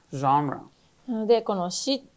genre